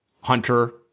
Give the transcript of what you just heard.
hunter